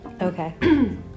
Okay